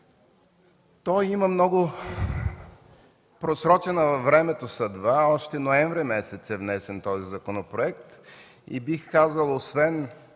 Той има много просрочена във времето съдба. Още ноември месец е внесен този законопроект и, бих казал, освен